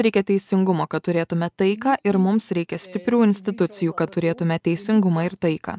reikia teisingumo kad turėtume taiką ir mums reikia stiprių institucijų kad turėtume teisingumą ir taiką